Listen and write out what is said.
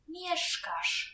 mieszkasz